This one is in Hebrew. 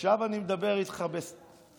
עכשיו אני מדבר איתך אחרי.